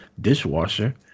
Dishwasher